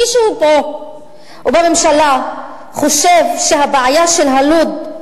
מישהו פה או בממשלה חושב שהבעיה של לוד,